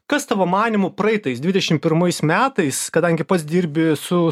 kas tavo manymu praeitais dvidešim pirmais metais kadangi pats dirbi su